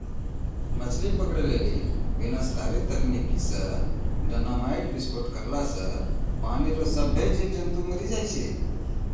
मछली पकड़ै लेली विनाशकारी तकनीकी से डेनामाईट विस्फोट करला से पानी रो सभ्भे जीब जन्तु मरी जाय छै